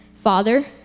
Father